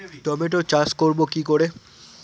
টমেটোর চাষ করব কি করে?